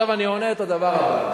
עכשיו אני עונה את הדבר הבא: